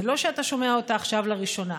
זה לא שאתה שומע אותה עכשיו לראשונה.